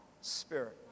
spirit